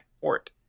port